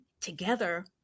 together